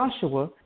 Joshua